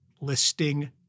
listing